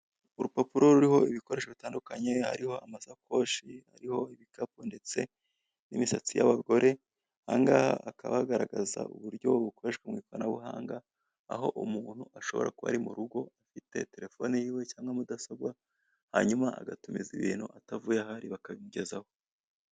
Urupapuro ruriho ibikoresho bitandukanye hariho amasakoshi ariho ibikapu ndetse n'imisatsi y'abagore angaha akaba agaragaza uburyo bukoreshwa mu ikoranabuhanga aho umuntu ashobora kuba ari mu rugo afite telefone yiwe cyangwa mudasobwa , hanyuma agatumiza ibintu atavuye aha ari bakabimugezaho.